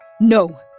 No